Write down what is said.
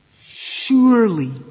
surely